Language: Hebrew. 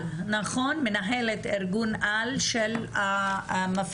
על הרמת הדגל תמיד כשמדובר